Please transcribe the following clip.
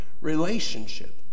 relationship